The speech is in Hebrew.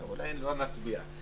אולי לא נצביע.